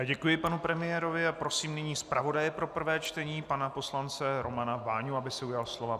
Děkuji panu premiérovi a prosím nyní zpravodaje pro prvé čtení pana poslance Romana Váňu, aby se ujal slova.